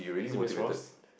is it Miss Ross